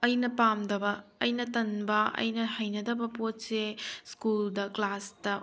ꯑꯩꯅ ꯄꯥꯝꯗꯕ ꯑꯩꯅ ꯇꯟꯕ ꯑꯩꯅ ꯍꯩꯅꯗꯕ ꯄꯣꯠꯁꯦ ꯁ꯭ꯀꯨꯜꯗ ꯀ꯭ꯂꯥꯁꯇ